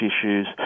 issues